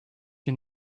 you